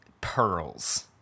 pearls